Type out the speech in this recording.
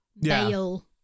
male